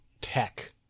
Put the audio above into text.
tech